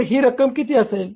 तर ही रक्कम किती असेल